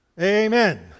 Amen